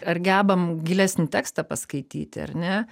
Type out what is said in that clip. ar gebam gilesnį tekstą paskaityti ar ne